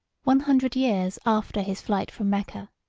one hundred years after his flight from mecca,